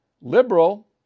Liberal